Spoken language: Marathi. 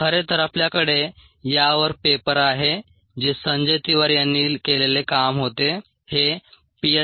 खरे तर आपल्याकडे यावर पेपर आहे जे संजय तिवारी यांनी केलेले काम होते हे पीएच